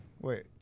Wait